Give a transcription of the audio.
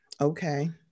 okay